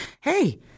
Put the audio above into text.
hey